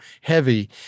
heavy